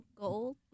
gold